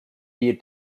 wir